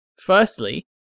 firstly